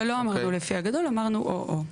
לא אמרנו לפני הגודל, אמרנו או או.